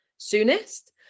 soonest